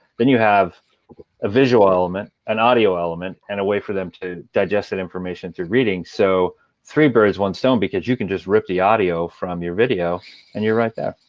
then you have a visual element, an audio element, and a way for them to digest that information through reading. so three birds, one stone, because you can just rip the audio from your video and you're right there.